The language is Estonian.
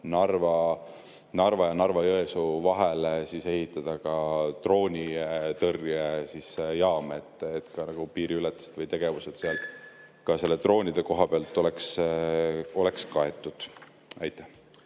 Narva ja Narva-Jõesuu vahele ehitada droonitõrjejaam, et piiriületus või tegevused seal ka droonide kohapealt oleks kaetud. Aitäh!